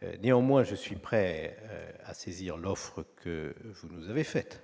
Cela dit, je suis prêt à saisir l'offre que vous nous avez faite